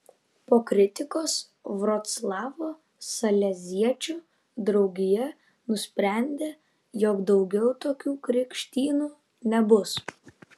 po kritikos vroclavo saleziečių draugija nusprendė jog daugiau tokių krikštynų nebus